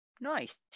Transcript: nice